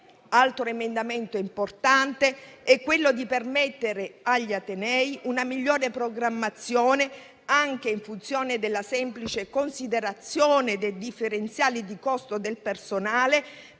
Altro emendamento importante è quello che permette agli atenei una migliore programmazione, anche in funzione della semplice considerazione dei differenziali di costo del personale,